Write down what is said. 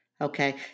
okay